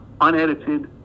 unedited